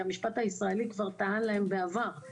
המשפט הישראלי כבר טען להם בעבר.